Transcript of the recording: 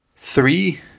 Three